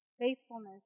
faithfulness